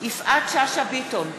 יפעת שאשא ביטון,